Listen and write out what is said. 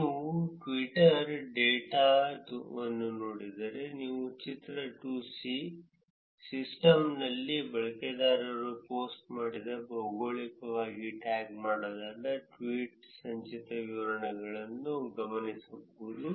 ನೀವು ಟ್ವಿಟರ್ ಡೇಟಾವನ್ನು ನೋಡಿದರೆ ನಾವು ಆ ಚಿತ್ರ 2 ಸಿಸ್ಟಂನಲ್ಲಿ ಬಳಕೆದಾರರು ಪೋಸ್ಟ್ ಮಾಡಿದ ಭೌಗೋಳಿಕವಾಗಿ ಟ್ಯಾಗ್ ಮಾಡಲಾದ ಟ್ವೀಟ್ಗಳ ಸಂಚಿತ ವಿತರಣೆಯನ್ನು ಗಮನಿಸಬಹುದು